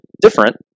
different